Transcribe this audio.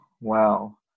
Wow